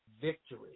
victory